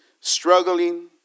struggling